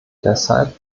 deshalb